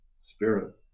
spirit